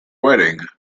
wedding